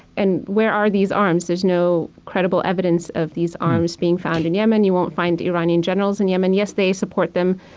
and where are these arms? there's no credible evidence of these arms being found in yemen. you won't find iranian generals in yemen. yes, they support them.